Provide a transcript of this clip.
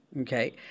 okay